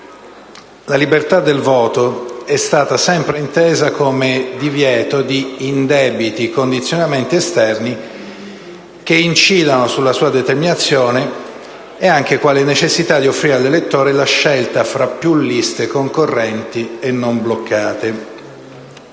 la libertà del voto è stata sempre intesa come divieto di indebiti condizionamenti esterni che incidano sulla determinazione dell'elettore e anche quale necessità di offrire a questi la scelta fra più liste concorrenti e non bloccate.